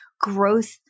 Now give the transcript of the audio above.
growth